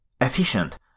Efficient